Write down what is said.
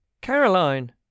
caroline